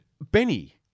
Benny